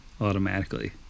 automatically